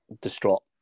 distraught